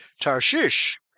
Tarshish